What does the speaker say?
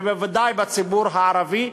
ובוודאי בציבור הערבי,